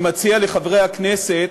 אני מציע לחברי הכנסת,